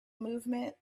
movement